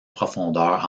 profondeur